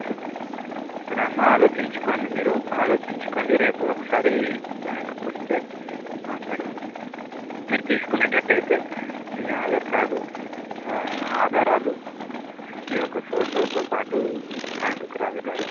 అట్లా సరే అమ్మా ఆలోచించుకోండి మీరు ఆలోచించుకోండి రేపు ఒకసారి బ్యాంకుకు వస్తే మాట్లాడదాం మీరు తీసుకునేటట్టయితే మీ ఆధార్ కార్డు ఆధారాలు ఈయొక్క ఫోటోతో పాటు బ్యాంకుకి రాగలరు